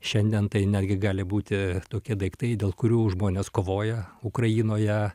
šiandien tai netgi gali būti tokie daiktai dėl kurių žmonės kovoja ukrainoje